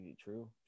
true